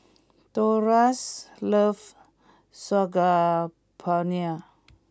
Dolores loves Saag Paneer